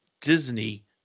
Disney